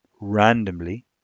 randomly